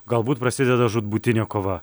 galbūt prasideda žūtbūtinė kova